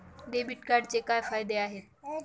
Debit कार्डचे काय फायदे आहेत?